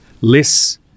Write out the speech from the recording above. less